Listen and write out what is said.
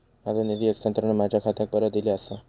माझो निधी हस्तांतरण माझ्या खात्याक परत इले आसा